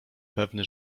pewny